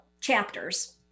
chapters